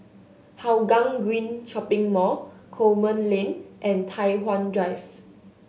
Hougang Green Shopping Mall Coleman Lane and Tai Hwan Drive